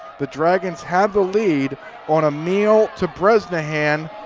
the dragons have the lead on a meehl to bresnahan